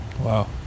Wow